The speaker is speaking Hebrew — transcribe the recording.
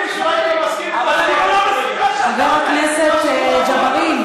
חבר הכנסת ג'בארין,